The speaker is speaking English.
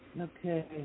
Okay